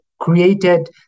created